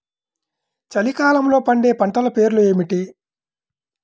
చలికాలంలో పండే పంటల పేర్లు ఏమిటీ?